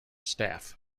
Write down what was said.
staff